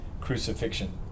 crucifixion